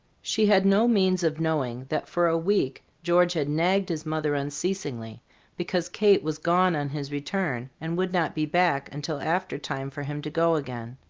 she had no means of knowing that for a week george had nagged his mother unceasingly because kate was gone on his return, and would not be back until after time for him to go again.